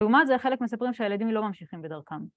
‫לעומת זה חלק מספרים ‫שהילדים לא ממשיכים בדרכם.